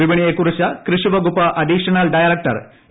വിപണിയെക്കുറിച്ച് കൃഷിവകുപ്പ് additional director A